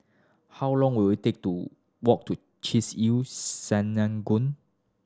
how long will it take to walk to Chesed El Synagogue